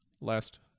last